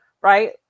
right